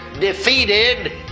defeated